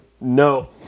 No